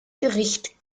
gericht